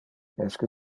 esque